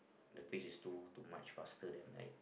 the pace is too too much faster than I